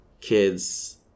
Kids